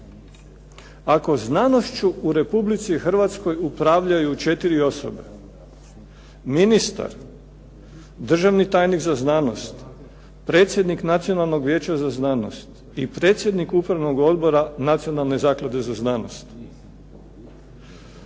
Ako znanošću u Republici Hrvatskoj upravljaju četiri osobe ministar, državni tajnik za znanost, predsjednik Nacionalnog vijeća za znanost i predsjednik Upravnog odbora Nacionalne zaklade za znanost